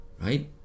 Right